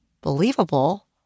believable